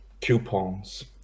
coupons